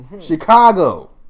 Chicago